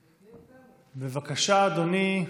בבקשה, אדוני.